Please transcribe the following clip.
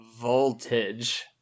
voltage